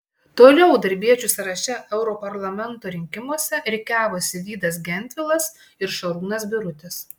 toliau darbiečių sąraše europarlamento rinkimuose rikiavosi vydas gedvilas ir šarūnas birutis